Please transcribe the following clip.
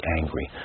angry